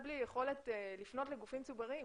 בלי יכולת לפנות לגופים ציבוריים?